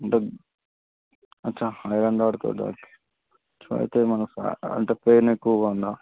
అంటే అచ్చా ఐరన్ రాడ్తో తాకింది అచ్చా అయితే ఏమైనా సా అంటే పెయిన్ ఎక్కువగా ఉందా